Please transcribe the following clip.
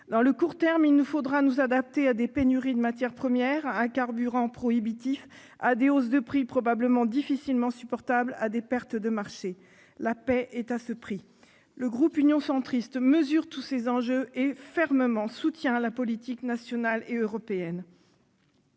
À court terme, il nous faudra nous adapter à des pénuries de matières premières, à un prix du carburant prohibitif, à des hausses de prix probablement difficilement supportables et à des pertes de marchés. La paix est à ce prix. Le groupe Union Centriste mesure tous ces enjeux et soutient fermement la politique nationale et européenne.